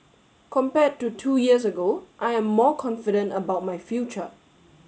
compared to two years ago I am more confident about my future